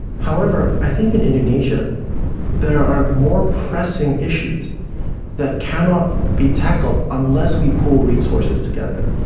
however, i think in indonesia there are more pressing issues that cannot be tackled unless we pull resources together.